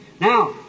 Now